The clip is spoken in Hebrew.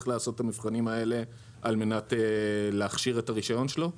לעשות את המבחנים האלה על מנת להכשיר את הרישיון שלו?